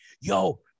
yo